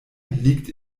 liegt